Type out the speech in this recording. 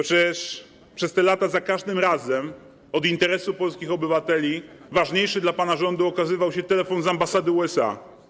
Przecież przez te lata za każdym razem od interesu polskich obywateli ważniejszy dla pana rządu okazywał się telefon z ambasady USA.